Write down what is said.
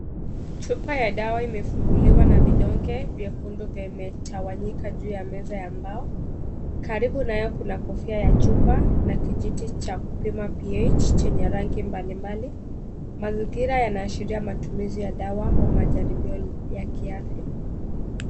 Chupa ya dawa imefunguliwa na vidonge vyekundu vimetawanyika juu ya meza ya mbao. Karibu nayo kunakofia ya chupa na kijiti cha kupima pH chenye rangi mbalimbali. Mazingira yanashiria matumizi ya dawa au majaribio ya kiafya.